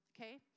okay